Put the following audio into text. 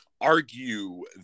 argue